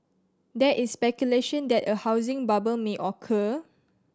there is speculation that a housing bubble may occur